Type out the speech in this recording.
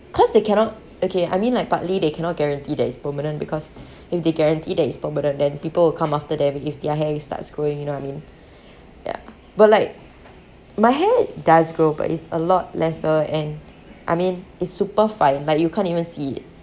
cause they cannot okay I mean like partly they cannot guarantee that it's permanent because if they guarantee that it's permanent then people will come after them if their hair starts growing you know what I mean ya but like my hair does grow but it's a lot lesser and I mean it's super fine like you can't even see it